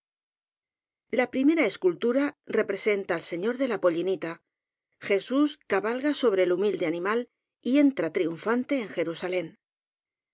la primera escultura representa al señor de la polímita jesús cabalga sobre el humilde animal y entra triunfante en jerusalén